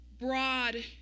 broad